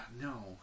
no